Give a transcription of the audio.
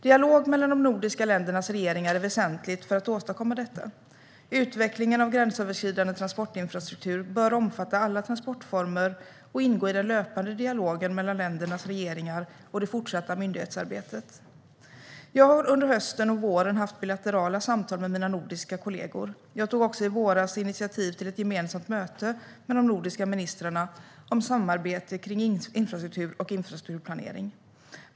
Dialog mellan de nordiska ländernas regeringar är väsentligt för att åstadkomma detta. Utvecklingen av gränsöverskridande transportinfrastruktur bör omfatta alla transportformer och ingå i den löpande dialogen mellan ländernas regeringar och det fortsatta myndighetssamarbetet. Jag har under hösten och våren haft bilaterala samtal med mina nordiska kollegor. Jag tog också i våras initiativ till ett gemensamt möte med de nordiska ministrarna om samarbete kring infrastruktur och infrastrukturplanering.